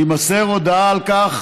תימסר הודעה על כך